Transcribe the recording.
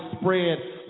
spread